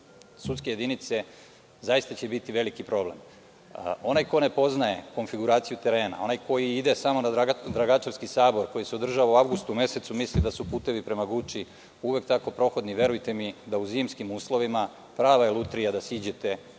sudske jedinice biti veliki problem. Onaj ko ne poznaje konfiguraciju terena, onaj koji ide samo na Dragačevski sabor, koji se održava u avgustu mesecu, misli da su putevi prema Guči uvek tako prohodni, verujte mi da je u zimskim uslovima prava lutrija da siđete